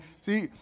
See